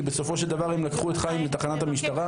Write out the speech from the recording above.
כי בסופו של דבר הם לקחו את חיים לתחנת המשטרה.